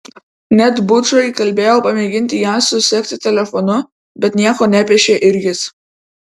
net bučą įkalbėjau pamėginti ją susekti telefonu bet nieko nepešė ir jis